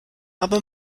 aber